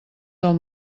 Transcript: del